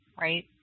Right